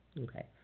okay